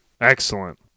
Excellent